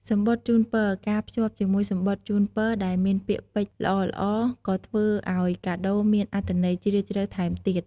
សំបុត្រជូនពរ ការភ្ជាប់ជាមួយសំបុត្រជូនពរដែលមានពាក្យពេចន៍ល្អៗ ក៏ធ្វើឲ្យកាដូមានអត្ថន័យជ្រាលជ្រៅថែមទៀត។